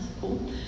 cool